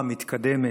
מתקדמת,